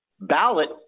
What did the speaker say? ballot